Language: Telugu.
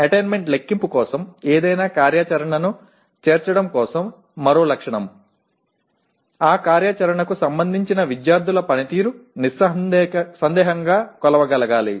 అటైన్మెంట్ లెక్కింపు కోసం ఏదైనా కార్యాచరణను చేర్చడం కోసం మరో లక్షణం ఆ కార్యాచరణకు సంబంధించిన విద్యార్థుల పనితీరు నిస్సందేహంగా కొలవగలగాలి